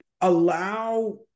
allow